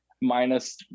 minus